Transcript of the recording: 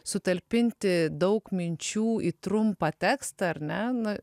sutalpinti daug minčių į trumpą tekstą ar ne na